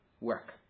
work